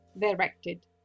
directed